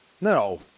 No